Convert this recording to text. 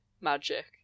magic